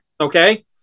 Okay